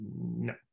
No